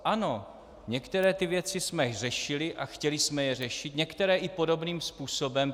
Ano, některé věci jsme řešili a chtěli jsme je řešit, některé i podobným způsobem.